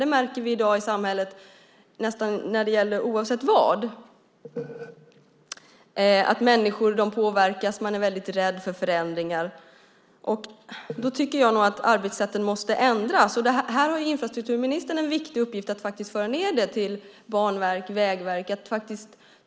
Vi märker det i samhället i dag, nästan oavsett vad det gäller, att människor påverkas och är väldigt rädda för förändringar. Då tycker jag att arbetssätten måste ändras. Här har infrastrukturministern en viktig uppgift att föra ned det till Banverket och Vägverket.